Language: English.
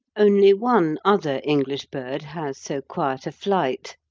only one other english bird has so quiet a flight,